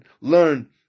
learn